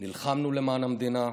נלחמנו למען המדינה,